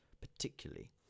particularly